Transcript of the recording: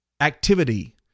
activity